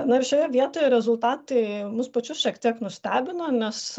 na šioje vietoje rezultatai mus pačius šiek tiek nustebino nes